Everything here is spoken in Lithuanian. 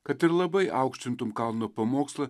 kad ir labai aukštintum kalno pamokslą